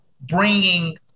bringing